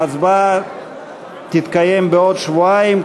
ההצבעה תתקיים בעוד שבועיים.